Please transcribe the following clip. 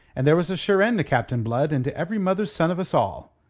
and there was a sure end to captain blood and to every mother's son of us all.